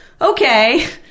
okay